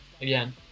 again